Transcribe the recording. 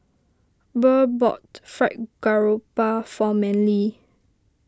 Burr bought Fried Garoupa for Manley